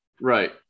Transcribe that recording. Right